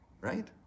right